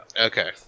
Okay